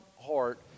heart